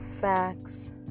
facts